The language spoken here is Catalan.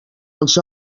els